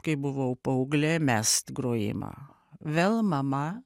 kai buvau paauglė mest grojimą vėl mama